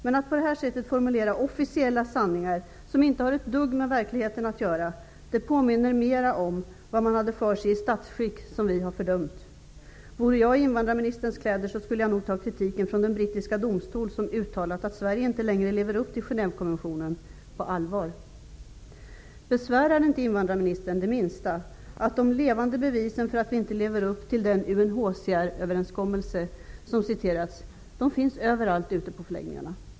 Men att på det här sättet formulera officiella sanningar som inte har ett dugg med verkligheten att göra påminner mera om det som man hade för sig i statsskick som vi har fördömt. Vore jag i invandrarministerns kläder skulle jag nog ta kritiken från den brittiska domstol som uttalat att Sverige inte längre lever upp till Genèvekonventionen på allvar. Besvärar det inte invandrarministern det minsta att de levande bevisen för att vi inte lever upp till den UNHCR överenskommelse som citerats finns överallt ute på förläggningarna?